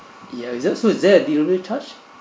ya it's just so is there a delivery charge